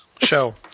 show